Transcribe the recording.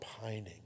pining